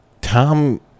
Tom